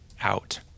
out